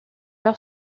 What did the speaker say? leur